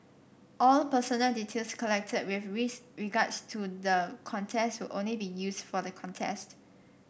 all personal details collected with regards to the contest will only be used for the contest